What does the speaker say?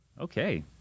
Okay